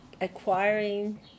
acquiring